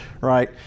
right